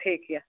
ठीक यऽ